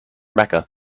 mecca